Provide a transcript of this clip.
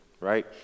right